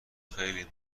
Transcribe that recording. خیلی